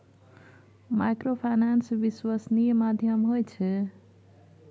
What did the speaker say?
Microfinance विश्वासनीय माध्यम होय छै?